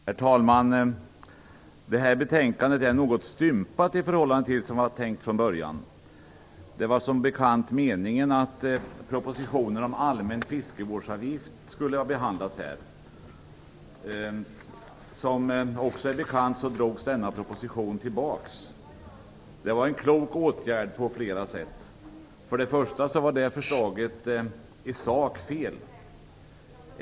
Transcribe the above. Herr talman! Detta betänkande är något stympat i förhållande till vad som var tänkt från början. Det var som bekant meningen att propositionen om allmän fiskevårdsavgift skulle ha behandlats här. Som också är bekant drogs denna proposition tillbaka. Det var en klok åtgärd på flera sätt. För det första var förslaget fel i sak.